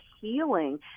healing